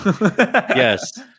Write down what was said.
Yes